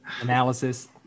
analysis